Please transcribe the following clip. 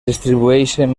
distribueixen